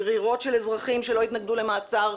גרירות של אזרחים שלא התנגדו למעצר,